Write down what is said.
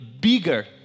bigger